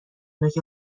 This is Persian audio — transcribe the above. نوک